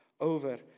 over